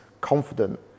confident